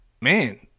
man